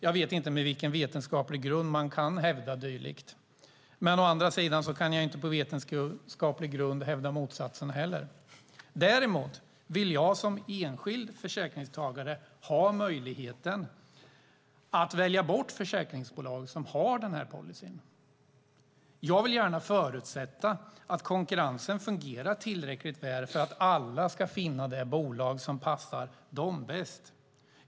Jag vet inte på vilken vetenskaplig grund man kan hävda dylikt, men å andra sidan kan jag inte på vetenskaplig grund hävda motsatsen heller. Däremot vill jag som enskild försäkringstagare ha möjlighet att välja bort försäkringsbolag som har denna policy. Jag vill gärna förutsätta att konkurrensen fungerar tillräckligt väl för att alla ska finna det bolag som passar dem bäst.